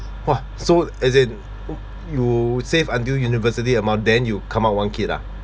!wah! so as in op~ you save until university amount then you come out one kid ah